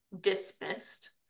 dismissed